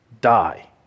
die